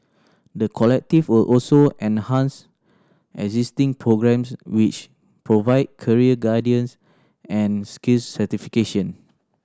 the Collective will also enhance existing programmes which provide career guidance and skills certification